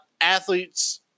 athletes